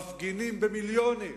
מפגינים במיליונים,